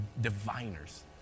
diviners